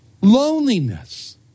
loneliness